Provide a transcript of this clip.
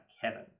Kevin